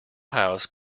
house